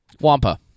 Wampa